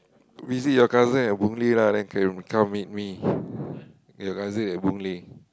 visit your cousin at Boon Lay lah then can come meet me your cousin at Boon Lay